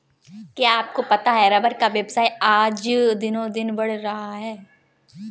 क्या आपको पता है रबर का व्यवसाय आज दिनोंदिन बढ़ रहा है?